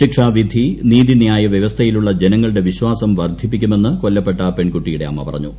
ശിക്ഷാവിധി നീതിന്യായ വ്യവസ്ഥയിലുള്ള ജനങ്ങളുടെ വിശ്വാസം വർദ്ധിപ്പിക്കുമെന്ന് കൊല്ലപ്പെട്ട പ്പെണ്റ്കുട്ടിയുടെ അമ്മ പറഞ്ഞു